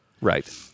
Right